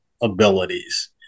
abilities